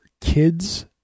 kids